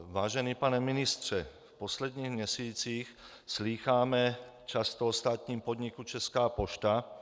Vážený pane ministře, v posledních měsících slýcháme často o státním podniku Česká pošta.